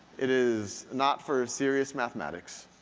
it is not for serious mathematics.